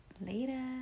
Later